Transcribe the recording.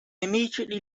immediately